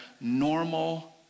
normal